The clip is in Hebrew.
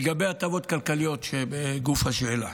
לגבי ההטבות הכלכליות שבגוף השאלה,